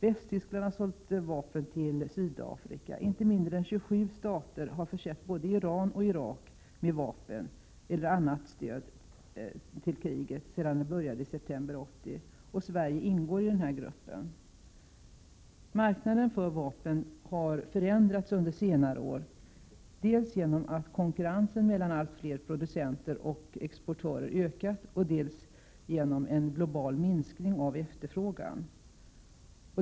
Västtyskland har sålt vapen till Sydafrika. Inte mindre än 27 stater har försett både Iran och Irak med vapen eller gett dem annat stöd till kriget sedan detta började i september 1980. Sverige ingår i den gruppen. Marknaden för vapen har förändrats under senare år dels genom att konkurrensen mellan allt fler producenter och exportörer ökat, dels genom en global minskning av efterfrågan.